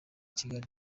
kigali